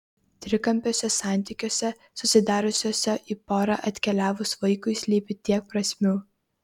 trikampiuose santykiuose susidariusiuose į porą atkeliavus vaikui slypi tiek prasmių